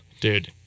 dude